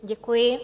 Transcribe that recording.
Děkuji.